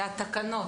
לתקנות.